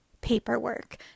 paperwork